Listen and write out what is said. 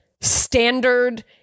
standard